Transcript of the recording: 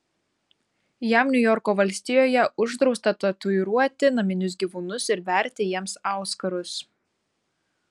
jav niujorko valstijoje uždrausta tatuiruoti naminius gyvūnus ir verti jiems auskarus